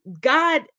God